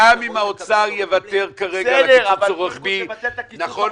גם אם האוצר יוותר כרגע על הקיצוץ הרוחבי נכון